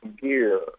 gear